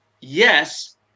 Yes